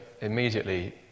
immediately